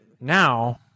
now